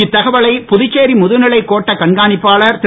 இத்தகவலை புதுச்சேரி முதுநிலை கோட்ட கண்காணிப்பாளர் திரு